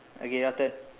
okay your turn